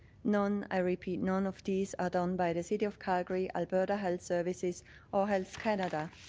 none, i repeat, none of these are done by the city of calgary, alberta health services or health canada.